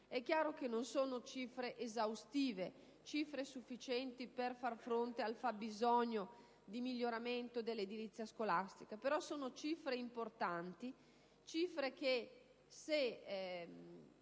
È chiaro che non sono cifre esaustive e sufficienti per far fronte al fabbisogno di miglioramento dell'edilizia scolastica; sono però cifre importanti che, se